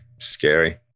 Scary